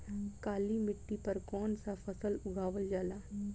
काली मिट्टी पर कौन सा फ़सल उगावल जाला?